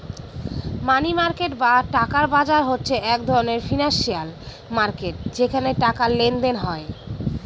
মানি market বা টাকার বাজার হচ্ছে এক ধরনের ফিনান্সিয়াল মার্কেট যেখানে টাকার লেনদেন হয়